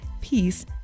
peace